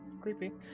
creepy